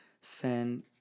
Send